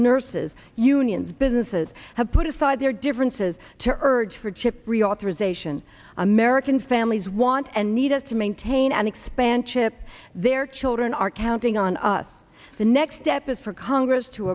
nurses unions businesses have put aside their differences to urge for chip reauthorization american families want and need us to maintain an expansion of their children are counting on us the next step is for congress to